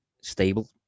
stable